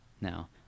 Now